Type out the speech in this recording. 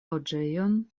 loĝejon